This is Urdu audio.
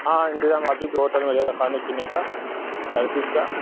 ہاں انتظام آپ ہی کے ہوٹل میں رہیگا کھانے پینے کا ہر چیز کا